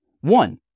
One